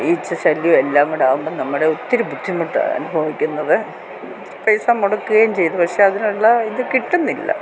ഈച്ച ശല്യം എല്ലാംകുടെ ആവുമ്പം നമ്മൾ ഒത്തിരി ബുദ്ധിമുട്ട് അനുഭവിക്കുന്നത് പൈസ മൊടക്കുകേം ചെയ്തു പക്ഷേ അതിനുള്ള ഇത് കിട്ടുന്നില്ല